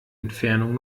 entfernung